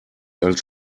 als